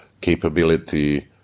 capability